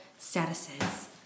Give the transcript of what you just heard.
statuses